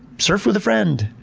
surf with a friend,